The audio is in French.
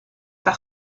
par